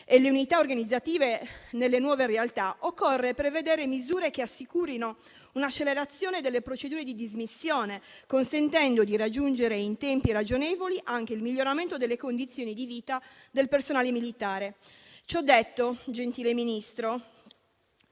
e le unità organizzative nelle nuove realtà, occorre prevedere misure che assicurino un'accelerazione delle procedure di dismissione, consentendo di raggiungere in tempi ragionevoli anche il miglioramento delle condizioni di vita del personale militare. Ciò detto, gentile Ministro,